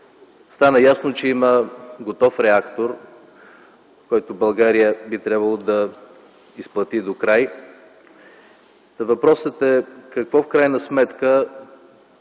Стана ясно, че има готов реактор, който България би трябвало да изплати до край. Въпросът е: какво в крайна сметка